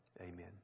Amen